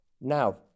Now